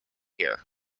here